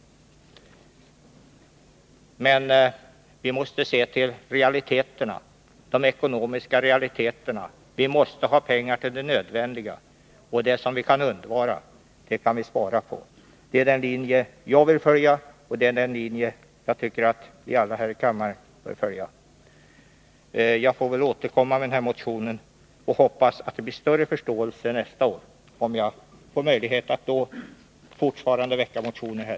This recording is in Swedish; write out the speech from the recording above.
Vi måste se till de ekonomiska realiteterna. Vi måste ha pengar till det nödvändiga, och det vi kan undvara skall vi spara på. Det är den linje jag vill följa, och det är den linje som jag tycker att vi alla här i kammaren bör följa. Jag får väl hoppas på större förståelse nästa år, om jag då fortfarande har möjlighet att väcka motioner här.